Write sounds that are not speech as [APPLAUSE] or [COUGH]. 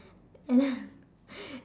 and then [LAUGHS]